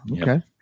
Okay